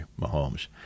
Mahomes